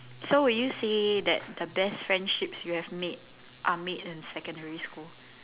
so will you say that the best friendships you have made are made in secondary school